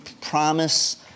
promise